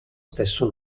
stesso